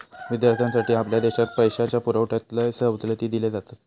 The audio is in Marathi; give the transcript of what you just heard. विद्यार्थ्यांसाठी आपल्या देशात पैशाच्या पुरवठ्यात लय सवलती दिले जातत